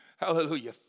Hallelujah